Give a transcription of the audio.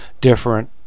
different